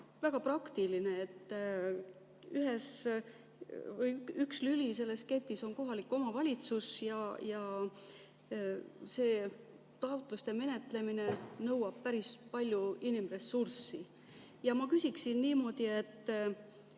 väga praktiline. Üks lüli selles ketis on kohalik omavalitsus ja see taotluste menetlemine nõuab päris palju inimressurssi. Ja ma küsiksin niimoodi.